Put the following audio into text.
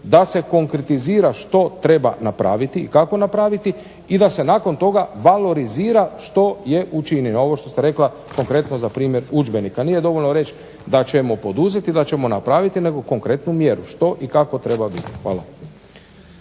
da se konkretizira što treba napraviti i kako napraviti i da se nakon toga valorizira što je učinjeno. Ovo što ste rekla konkretno za primjer udžbenika, nije dovoljno reći da ćemo poduzeti, da ćemo napraviti nego konkretnu mjeru što i kako treba biti. Hvala.